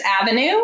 Avenue